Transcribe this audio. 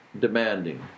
demanding